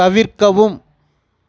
தவிர்க்கவும்